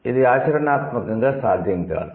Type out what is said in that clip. ఇది ఆచరణాత్మకంగా సాధ్యం కాదు